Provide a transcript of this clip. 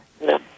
No